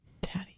Daddy